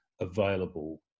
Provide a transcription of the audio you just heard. available